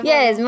Yes